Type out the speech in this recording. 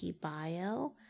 Bio